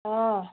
ꯑꯥ